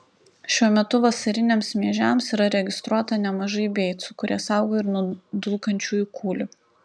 šiuo metu vasariniams miežiams yra registruota nemažai beicų kurie saugo ir nuo dulkančiųjų kūlių